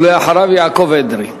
ואחריו, יעקב אדרי.